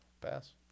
Pass